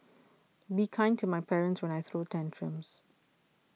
be kind to my parents when I throw tantrums